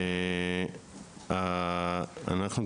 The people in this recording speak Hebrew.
אנחנו,